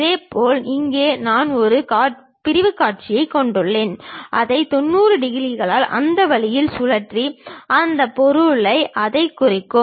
இதேபோல் இங்கே நாம் ஒரு பிரிவுக் காட்சியைக் கொண்டுள்ளோம் அதை 90 டிகிரிகளால் அந்த வழியில் சுழற்றி அந்த பொருளில் அதைக் குறிக்கும்